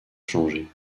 changé